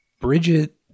Bridget